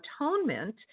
atonement